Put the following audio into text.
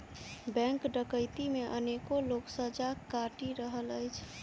bank डकैती मे अनेको लोक सजा काटि रहल अछि